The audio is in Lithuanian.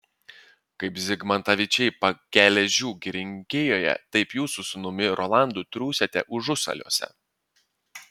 kaip zigmantavičiai pageležių girininkijoje taip jūs su sūnumi rolandu triūsiate užusaliuose